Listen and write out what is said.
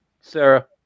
Sarah